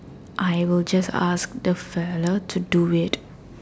I will just ask the fellow to do it